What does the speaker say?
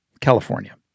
California